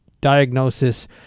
diagnosis